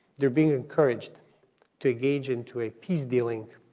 they're being encouraged to engage into a peace dealing